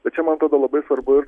tai čia man atrodo labai svarbu ir